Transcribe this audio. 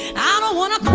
i don't wanna